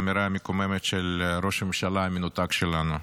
זה מזכיר לי את האמירה המקוממת של ראש הממשלה המנותק שלנו,